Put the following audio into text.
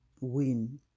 win